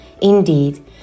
Indeed